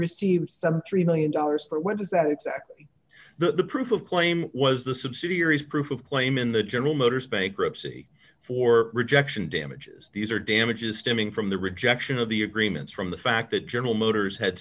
received some three million dollars for what is that exactly the proof of claim was the subsidiaries proof of claim in the general motors bankruptcy for rejection damages these are damages stemming from the rejection of the agreements from the fact that general motors had